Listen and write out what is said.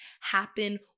happen